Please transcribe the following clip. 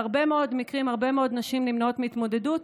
בהרבה מאוד מקרים נשים נמנעות מהתמודדות